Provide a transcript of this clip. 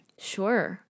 Sure